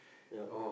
ya